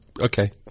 okay